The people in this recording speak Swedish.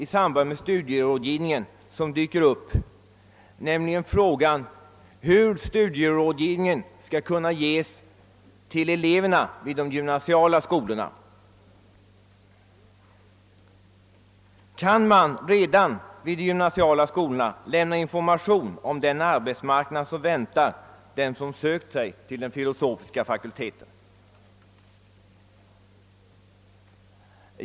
Det är exempelvis problemet hur studierådgivningen skall kunna ges till elever vid gymnasiala skolor och om man redan vid dessa skolor kan ge information om den arbetsmarknad som väntar dem som söker sig till filosofisk fakultet?